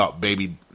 baby